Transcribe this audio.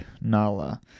Nala